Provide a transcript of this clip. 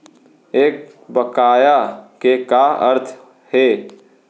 एक बकाया के का अर्थ हे?